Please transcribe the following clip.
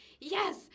yes